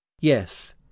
Yes